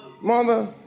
mother